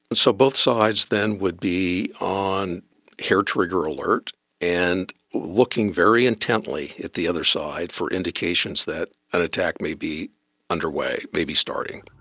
and so both sides then would be on hair-trigger alert and looking very intently at the other side for indications that an attack may be underway, may be starting.